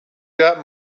got